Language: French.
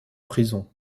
prison